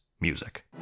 music